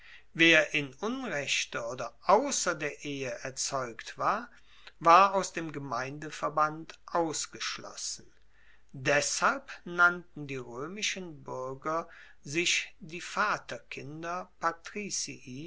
wer in unrechter oder ausser der ehe erzeugt war war aus dem gemeindeverband ausgeschlossen deshalb nannten die roemischen buerger sich die